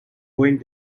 going